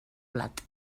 blat